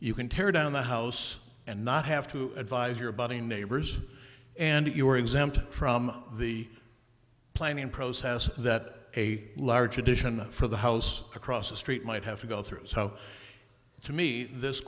you can tear down the house and not have to advise your buddy and neighbors and you are exempt from the planning process that a large tradition for the house across the street might have to go through so to me this